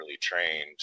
trained